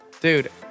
Dude